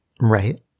Right